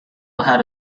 had